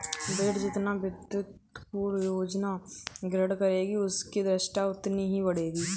भेंड़ जितना विविधतापूर्ण भोजन ग्रहण करेगी, उसकी पुष्टता उतनी ही बढ़ेगी